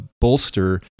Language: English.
bolster